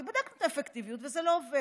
כי בדקנו את האפקטיביות וזה לא עובד.